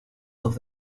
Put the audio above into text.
los